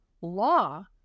law